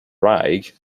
wraig